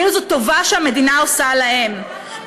כאילו זו טובה שהמדינה עושה להם,